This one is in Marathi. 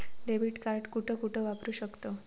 डेबिट कार्ड कुठे कुठे वापरू शकतव?